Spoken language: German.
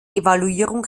evaluierung